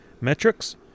metrics